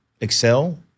excel